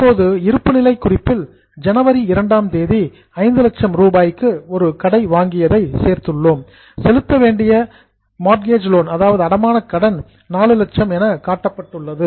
இப்போது இருப்புநிலை குறிப்பில் ஜனவரி 2 ஆம் தேதி 500000 ரூபாய்க்கு ஒரு கடை வாங்கியதை சேர்த்துள்ளோம் செலுத்தவேண்டிய மோட்கேஜ் லோன் அடமான கடன் 400000 என காட்டப்பட்டுள்ளது